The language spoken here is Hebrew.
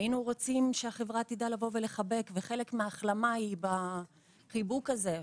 היינו רוצים שהחברה תדע לבוא ולחבק וחלק מההחלמה היא בחיבוק הזה,